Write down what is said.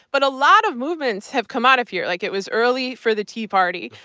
but a lot of movements have come out of here, like it was early for the tea party.